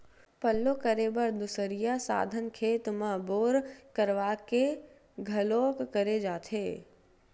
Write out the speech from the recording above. पल्लो करे बर दुसरइया साधन खेत म बोर करवा के घलोक करे जाथे